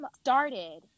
started